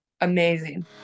amazing